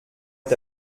est